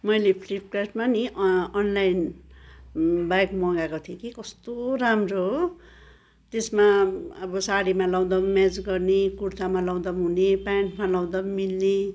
मैले फ्लिपकार्टमा नि अनलाइन ब्याग मगाएको थिएँ कि कस्तो राम्रो हो त्यसमा अब साडीमा लाउँदा पनि म्याच गर्ने कुर्थामा लाउँदा पनि हुने प्यान्टमा लाउँदा पनि मिल्ने